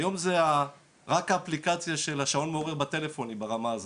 היום זה רק האפליקציה של השעון מעורר בטלפון היא ברמה הזאת.